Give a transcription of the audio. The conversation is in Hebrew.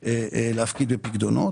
אבל בצד שמאל